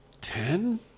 Ten